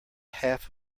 half